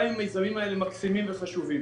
גם אם המיזמים האלה מקסימים וחשובים.